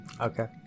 Okay